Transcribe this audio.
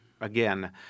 again